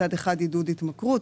מצד אחד עידוד התמכרות,